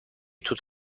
توت